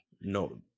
No